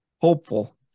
Hopeful